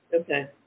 okay